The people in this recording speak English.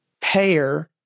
payer